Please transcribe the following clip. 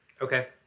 Okay